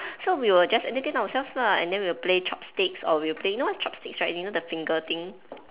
so we will just entertain ourselves lah and then we'll play chopsticks or we'll play you know what's chopsticks right you know the finger thing